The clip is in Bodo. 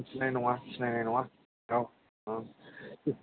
मोनथिनाय नङा सिनायनाय नङा औ